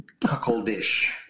cuckoldish